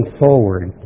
forward